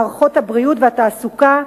מערכות הבריאות והתעסוקה,